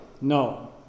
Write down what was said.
No